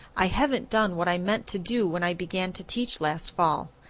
i haven't done what i meant to do when i began to teach last fall.